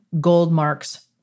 Goldmark's